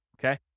okay